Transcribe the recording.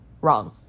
wrong